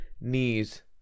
Knees